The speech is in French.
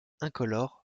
incolore